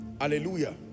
Hallelujah